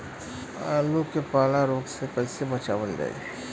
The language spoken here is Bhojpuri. आलू के पाला रोग से कईसे बचावल जाई?